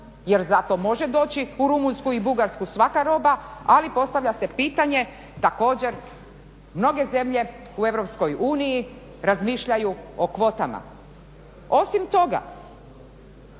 jer zato može doći u Rumunjsku i Bugarsku svaka roba. Ali postavlja se pitanje također mnoge zemlje u Europskoj uniji razmišljaju o kvotama. Osim toga,